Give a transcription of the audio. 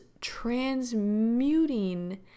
transmuting